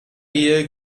ehe